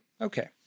Okay